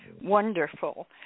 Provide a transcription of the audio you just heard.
Wonderful